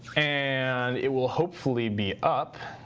and it will hopefully be up.